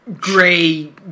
Gray